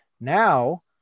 Now